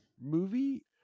movie